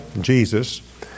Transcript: Jesus